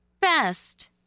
best